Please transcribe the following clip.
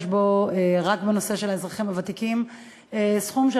יש בו בנושא האזרחים הוותיקים סכום של